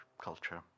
culture